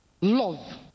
love